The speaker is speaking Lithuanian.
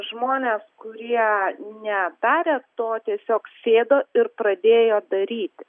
žmonės kurie nedarė to tiesiog sėdo ir pradėjo daryti